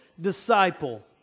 disciple